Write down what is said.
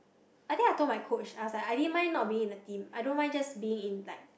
I think I told my coach I was like I didn't mind not being in the team I don't mind just being in like